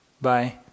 Bye